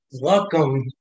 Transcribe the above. Welcome